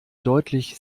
deutlich